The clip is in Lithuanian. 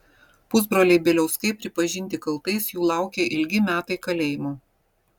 pusbroliai bieliauskai pripažinti kaltais jų laukia ilgi metai kalėjimo